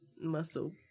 muscle